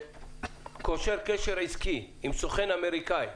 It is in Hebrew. שהוא קושר קשר עסקי עם סוכן אמריקאי,